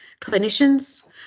clinicians